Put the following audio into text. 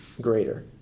greater